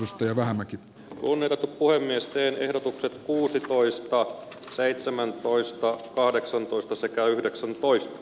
isto joka näki kun eivät puhemiesten ehdotukset kuusitoista seitsemäntoista kahdeksantoista sekä yhdeksän pois